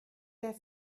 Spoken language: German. der